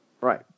Right